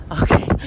okay